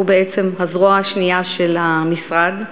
שהוא בעצם הזרוע השנייה של המשרד,